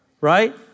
Right